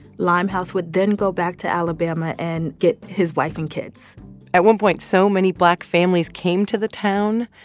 limehouse would then go back to alabama and get his wife and kids at one point, so many black families came to the town,